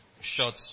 short